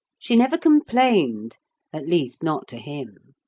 she never complained at least, not to him.